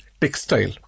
textile